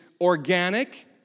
organic